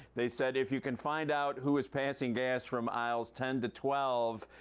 they said if you can find out who is passing gas from aisles ten to twelve,